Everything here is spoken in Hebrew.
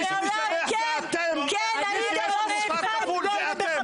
מי שמשבח זה אתם ומי שיש לו מוסר כפול זה אתם.